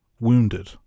wounded